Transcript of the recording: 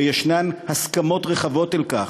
ויש הסכמות רחבות על כך.